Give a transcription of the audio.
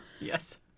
Yes